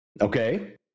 Okay